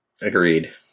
Agreed